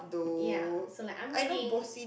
ya so like I'm waiting